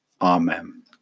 Amen